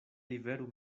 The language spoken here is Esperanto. liveru